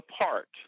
apart